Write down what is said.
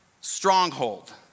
stronghold